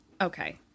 okay